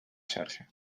xarxa